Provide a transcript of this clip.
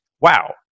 wow